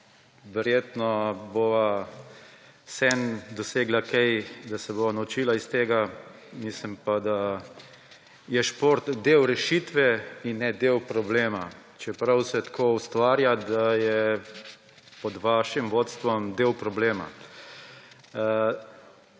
Verjetno bova vseeno dosegla kaj, da se bova naučila iz tega, mislim pa, da je šport del rešitve in ne del problema, čeprav se tako ustvarja, da je pod vašim vodstvom del problema.